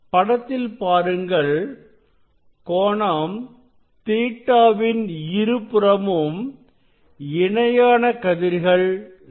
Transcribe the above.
படத்தில் பாருங்கள் கோணம் Ɵ வின் இருபுறமும் இணையான கதிர்கள் செல்கின்றன